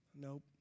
Nope